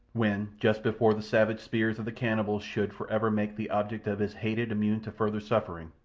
when, just before the savage spears of the cannibals should for ever make the object of his hatred immune to further suffering,